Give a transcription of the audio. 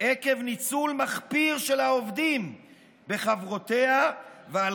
עקב ניצול מחפיר של העובדים בחברותיה ועל